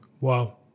Wow